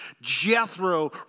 Jethro